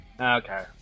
Okay